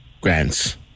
grants